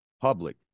public